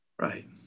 Right